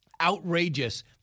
Outrageous